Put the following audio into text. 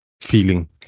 feeling